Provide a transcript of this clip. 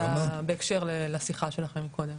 זה בהקשר לשיחה שלכם קודם.